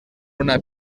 una